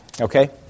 Okay